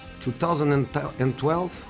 2012